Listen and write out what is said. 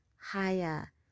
higher